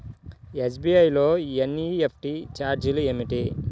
SBI లో NEFT ఛార్జీలు ఏమిటి?